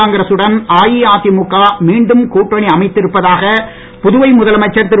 காங்கிரசுடன் அஇஅதிமுக மீண்டும் கூட்டணி அமைத்திருப்பதாக புதுவை முதலமைச்சர் திரு